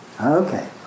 Okay